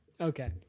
Okay